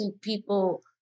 people